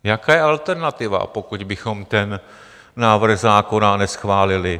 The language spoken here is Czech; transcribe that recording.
Jaká je alternativa, pokud bychom ten návrh zákona neschválili?